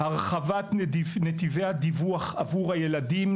הרחבת נתיבי הדיווח עבור הילדים.